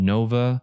Nova